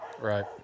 Right